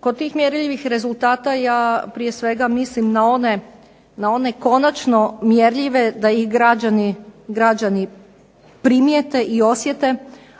Kod tih mjerljivih rezultata ja prije svega mislim na one konačno mjerljive, da i građani primijete i osjete,